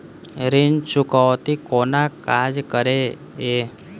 ऋण चुकौती कोना काज करे ये?